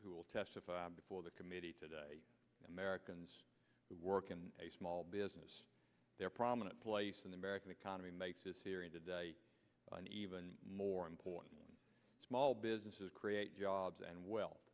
who will testify before the committee today americans who work in a small business their prominent place in the american economy makes this hearing today and even more important small businesses create jobs and we